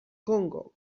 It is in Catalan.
congo